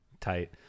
Tight